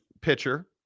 pitcher